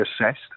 assessed